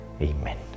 Amen